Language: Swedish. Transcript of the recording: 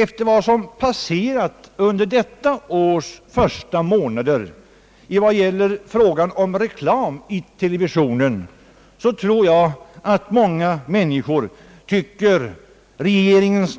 Efter vad som har passerat under detta års första månader då det gäller frågan om reklam i televisionen tror jag att många människor tycker att regeringens